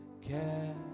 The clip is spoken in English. care